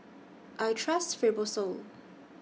I Trust Fibrosol